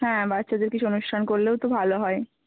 হ্যাঁ বাচ্চাদের কিছু অনুষ্ঠান করলেও তো ভালো হয়